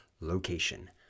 location